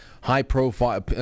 high-profile